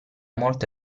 molta